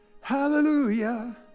hallelujah